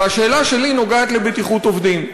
והשאלה שלי נוגעת לבטיחות עובדים.